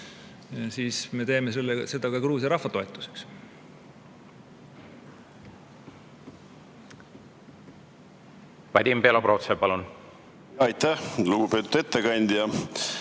siis me teeme seda ka Gruusia rahva toetuseks.